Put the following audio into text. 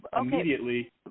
immediately